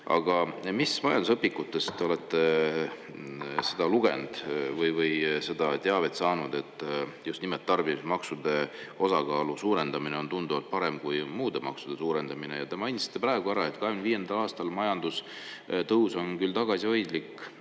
majandusõpikutest te olete seda lugenud või kust seda teavet saanud, et just nimelt tarbimismaksude osakaalu suurendamine on tunduvalt parem kui muude maksude suurendamine? Ja te mainisite praegu ära, et 2025. aastal on majandustõus tagasihoidlik